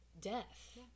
Death